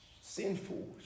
sinful